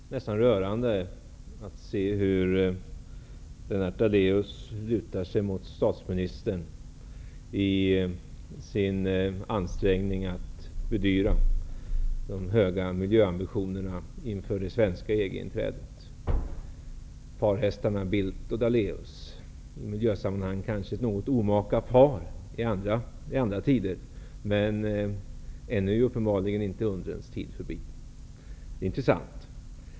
Herr talman! Det är nästan rörande att se hur Lennart Daléus lutar sig mot statsministern i sin ansträngning att bedyra de höga miljöambitionerna inför det svenska EG-inträdet. Parhästarna Bildt och Daléus är kanske i miljösammanhang ett något omaka par. Men ännu är uppenbarligen inte undrens tid förbi. Det är intressant.